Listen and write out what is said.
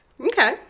Okay